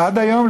עד היום.